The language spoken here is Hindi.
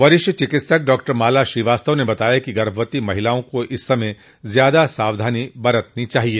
वरिष्ठ चिकित्सक डॉक्टर माला श्रीवास्तव ने बताया कि गर्भवती महिलाओं को इस समय ज्यादा सावधानी बरतनी चाहिए